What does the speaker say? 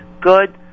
good